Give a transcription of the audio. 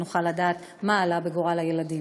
ונוכל לדעת מה עלה בגורל הילדים.